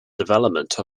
development